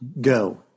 Go